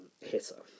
hitter